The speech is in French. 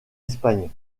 espagne